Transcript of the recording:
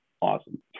awesome